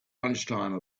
lunchtime